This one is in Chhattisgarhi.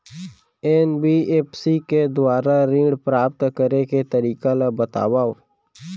एन.बी.एफ.सी के दुवारा ऋण प्राप्त करे के तरीका ल बतावव?